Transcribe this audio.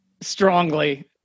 strongly